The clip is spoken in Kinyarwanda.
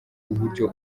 uburyo